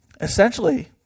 Essentially